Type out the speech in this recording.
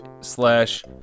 slash